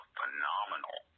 phenomenal